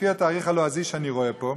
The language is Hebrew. לפי התאריך הלועזי שאני רואה פה,